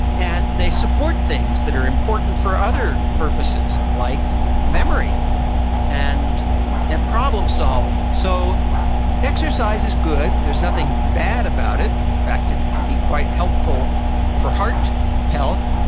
and they support things that are important for other purposes like memory and and problem solving. so exercise is good. there's nothing bad about it. in fact, it can be quite helpful for heart health,